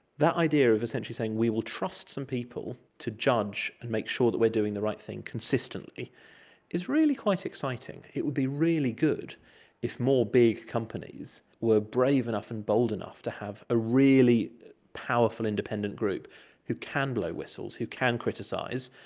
that idea of essentially saying we will trust some people to judge and make sure that we are doing the right thing consistently is really quite exciting. it would be really good if more big companies were brave enough and bold enough to have a really powerful independent group who can blow whistles, who can criticise,